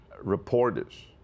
reporters